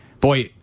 boy